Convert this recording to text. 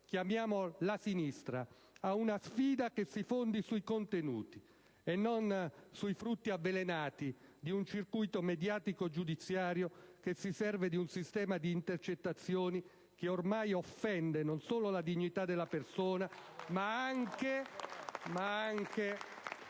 chiamiamo la sinistra a una sfida che si fondi sui contenuti e non sui frutti avvelenati di un circuito mediatico giudiziario che si serve di un sistema di intercettazioni che ormai offende non solo la dignità della persona, ma anche